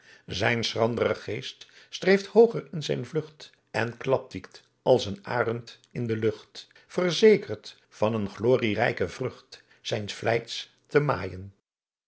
zijn schrandre geest streeft hooger in zijn vlugt en klapwiekt als een arend in de lucht verzekerd van een glorierijke vrucht zijns vlijts te maaijen